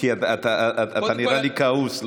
אתה נראה לי כעוס.